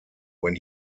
when